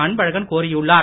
அன்பழகன் கோரியுள்ளார்